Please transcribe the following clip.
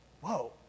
Whoa